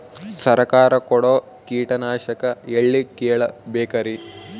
ಸರಕಾರ ಕೊಡೋ ಕೀಟನಾಶಕ ಎಳ್ಳಿ ಕೇಳ ಬೇಕರಿ?